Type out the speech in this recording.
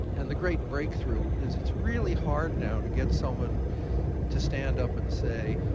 and the great breakthrough is it's really hard now to get someone to stand up and say,